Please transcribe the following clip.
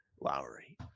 Lowry